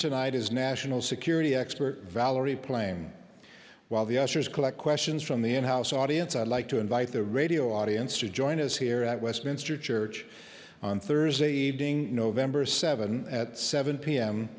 tonight is national security expert valerie plame while the ushers collect questions from the in house audience i'd like to invite the radio audience to join us here at westminster church on thursday evening november seventh at seven p